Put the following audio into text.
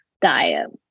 diet